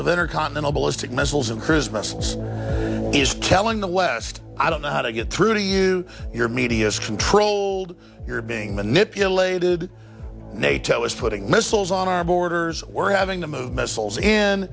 of inner continental ballistic missiles and christmas is telling the west i don't know how to get through to you your media is controlled you're being manipulated nato is putting missiles on our borders we're having to move missiles